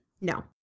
No